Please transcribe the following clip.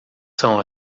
são